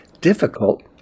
difficult